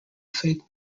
fake